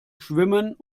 schwimmen